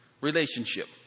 relationship